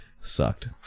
sucked